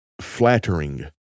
flattering